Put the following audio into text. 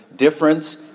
difference